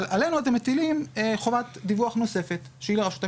אבל עלינו אתם מטילים חובת דיווח נוספת שהיא לרשות המיסים,